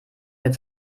mit